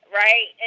right